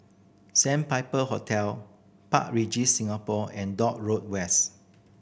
Sandpiper Hotel Park Regis Singapore and Dock Road West